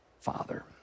father